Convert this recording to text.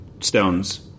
stones